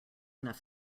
enough